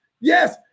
yes